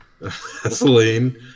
Vaseline